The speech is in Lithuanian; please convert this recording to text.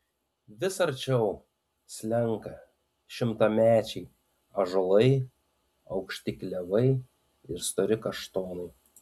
vis arčiau slenka šimtamečiai ąžuolai aukšti klevai ir stori kaštonai